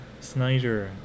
Snyder